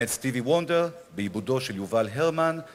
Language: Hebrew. את סטיבי וונדר בעיבודו של יובל הרמן